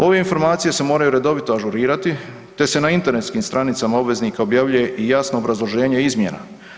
Ove informacije se moraju redovito ažurirati te se na internetskim stranicama obveznika objavljuje i jasno obrazloženje izmjena.